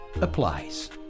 applies